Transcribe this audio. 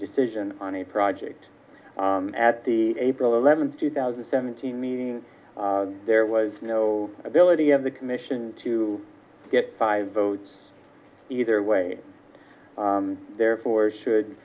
decision on a project at the april eleventh two thousand and seventeen meeting there was no ability of the commission to get five votes either way therefore should